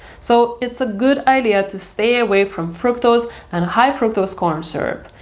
so, it's a good idea to stay away from fructose and high fructose corn syrup.